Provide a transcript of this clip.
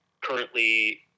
currently